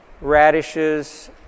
radishes